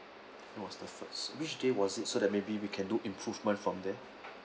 it was the first which day was it so that maybe we can do improvement from there